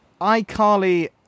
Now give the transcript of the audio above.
iCarly